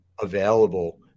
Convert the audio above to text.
available